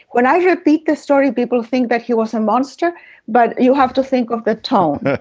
when i repeat the story, people think that he was a monster but you have to think of the tone.